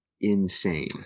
insane